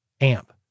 AMP